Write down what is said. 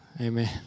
Amen